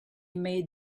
made